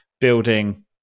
building